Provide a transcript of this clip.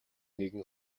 нэгэн